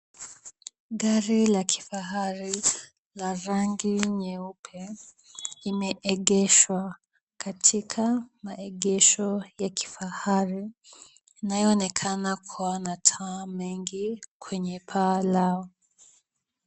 Gari la kifahari la rangi nyeupe limeegeshwa katika maegesho ya kifahari, inayoonekana kuwa na taa mengi kwenye paa lao.